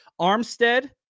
Armstead